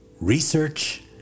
research